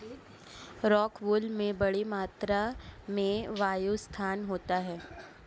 rockwool में बड़ी मात्रा में वायु स्थान होता है